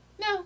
no